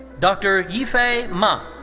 dr. yifei ma.